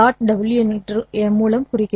w மூலம் குறிக்கிறோம்